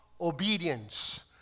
obedience